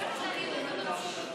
אחמד טיבי, מנסור עבאס,